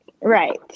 Right